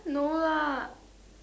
no lah